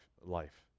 life